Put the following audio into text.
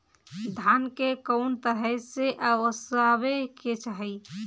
धान के कउन तरह से ओसावे के चाही?